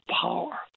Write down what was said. power